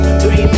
three